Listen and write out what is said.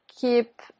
keep